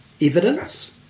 evidence